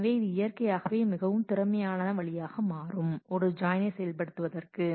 எனவே இது இயற்கையாகவே மிகவும் திறமையான வழியாக மாறும் ஜாயினை செயல்படுத்துகிறது